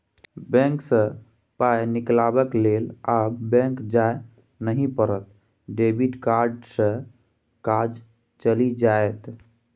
bank सँ पाय निकलाबक लेल आब बैक जाय नहि पड़त डेबिट कार्डे सँ काज चलि जाएत